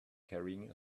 carrying